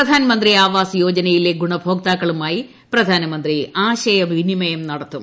പ്രധാൻമന്ത്രി ആവാസ് യോജനയിലെ ഗുണഭോക്താക്കളുമായി പ്രെധാനമന്ത്രി ആശയവിനിമയം നടത്തും